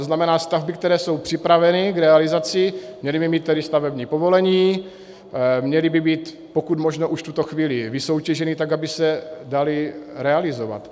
To znamená stavby, které jsou připraveny k realizaci, měly by mít stavební povolení, měly by být pokud možno už v tuto chvíli vysoutěženy tak, aby se daly realizovat.